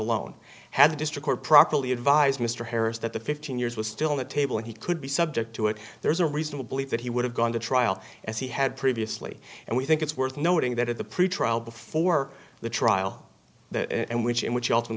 alone had the district or properly advised mr harris that the fifteen years was still in the table and he could be subject to it there's a reasonable belief that he would have gone to trial as he had previously and we think it's worth noting that at the pretrial before the trial and which in which